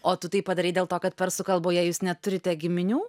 o tu tai padarei dėl to kad persų kalboje jūs neturite giminių